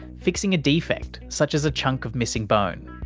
fixing a defect such as a chunk of missing bonemia